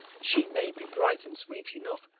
she may be bright and sweet enough,